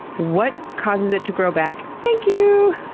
what causes it to grow back? thank you!